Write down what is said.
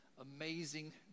Amazing